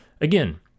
again